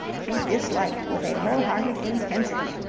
she disliked, with a whole-hearted intensity,